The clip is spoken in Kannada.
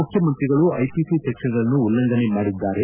ಮುಖ್ಯಮಂತ್ರಿಗಳು ಐಪಿಸಿ ಸೆಕ್ವನ್ಗಳನ್ನು ಉಲ್ಲಂಘನೆ ಮಾಡಿದ್ದಾರೆ